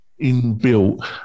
inbuilt